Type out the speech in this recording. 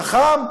חכם,